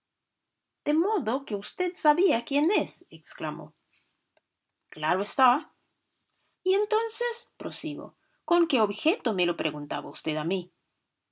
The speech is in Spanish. de modo que usted sabía quién es exclamo claro está y entonces prosigo con qué objeto me lo preguntaba usted a mí